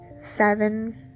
seven